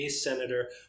senator